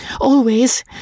Always